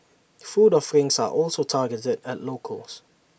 food offerings are also targeted at locals